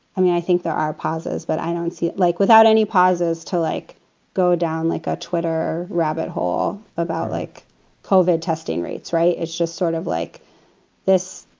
i mean, i think there are pauses, but i don't see it like without any pauses to like go down like a twitter rabbit hole about like covert testing rates. right. it's just sort of like this.